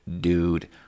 dude